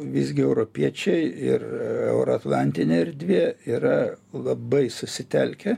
visgi europiečiai ir euroatlantinė erdvė yra labai susitelkę